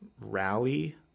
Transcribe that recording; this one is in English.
rally